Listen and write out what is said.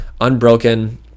unbroken